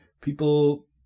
people